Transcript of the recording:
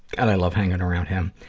and i love hanging around him.